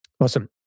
Awesome